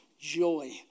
joy